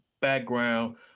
background